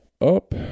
up